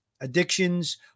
addictions